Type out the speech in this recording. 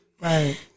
Right